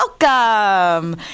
welcome